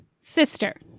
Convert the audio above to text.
sister